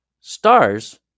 stars